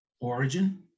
origin